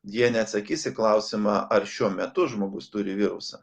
jie neatsakys į klausimą ar šiuo metu žmogus turi virusą